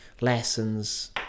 lessons